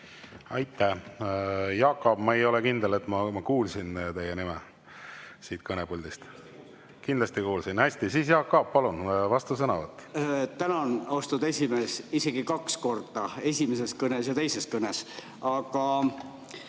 Aitäh! Jaak Aab, ma ei ole kindel, et ma kuulsin teie nime siit kõnepuldist öeldavat. Kindlasti öeldi? Hästi! Siis Jaak Aab, palun, vastusõnavõtt! Tänan, austatud esimees! Isegi kaks korda: esimeses kõnes ja teises kõnes. Aga